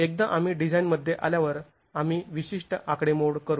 एकदा आम्ही डिझाईन मध्ये आल्यावर आम्ही विशिष्ट आकडेमोड करू